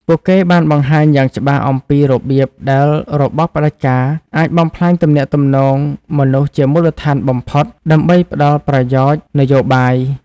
ពួកគេបានបង្ហាញយ៉ាងច្បាស់អំពីរបៀបដែលរបបផ្តាច់ការអាចបំផ្លាញទំនាក់ទំនងមនុស្សជាមូលដ្ឋានបំផុតដើម្បីផលប្រយោជន៍នយោបាយ។